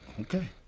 Okay